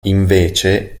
invece